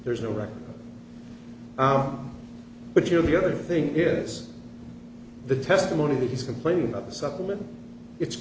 there's no record but you're the other thing is the testimony that he's complaining about the supplement it's